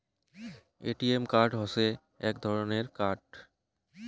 ATM card হসে এক ধরণের কার্ড